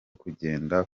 kugenda